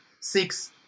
Six